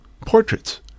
portraits